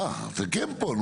אה, אז אתה כן פה.